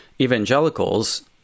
evangelicals